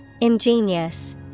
Ingenious